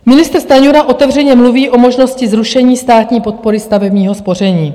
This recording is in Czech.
Ministr Stanjura otevřeně mluví o možnosti zrušení státní podpory stavebního spoření.